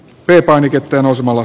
we painiketta ja nousemalla